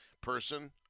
person